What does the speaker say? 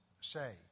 say